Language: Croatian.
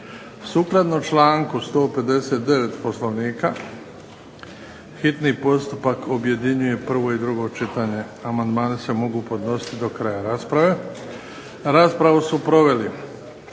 Sukladno članku 159. Poslovnika hitni postupak objedinjuje prvo i drugo čitanje. Amandmani se mogu podnositi do kraja rasprave. Raspravu su proveli